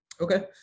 okay